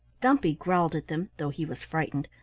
dumpy growled at them, though he was frightened,